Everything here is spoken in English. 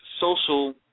social